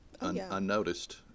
unnoticed